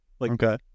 Okay